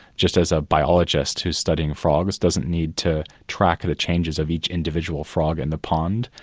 just as a biologist who's studying frogs doesn't need to track the changes of each individual frog in the pond,